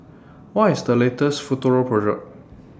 What IS The latest Futuro Product